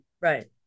Right